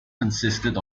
consisted